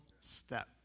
step